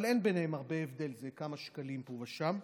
אבל אין ביניהם הרבה הבדל, זה כמה שקלים לפה ולשם.